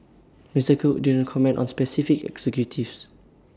Mister cook didn't comment on specific executives